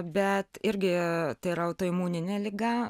bet irgi tai yra autoimuninė liga